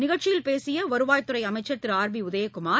நிகழ்ச்சியில் பேசிய வருவாய்த்துறை அமைச்சர் திரு ஆர் பி உதயகுமார்